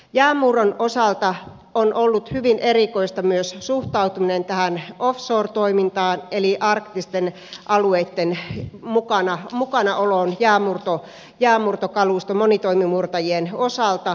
jäänmurron osalta on ollut hyvin erikoista myös suhtautuminen offshore toimintaan eli arktisten alueitten mukana oloon jäänmurtokaluston monitoimimurtajien osalta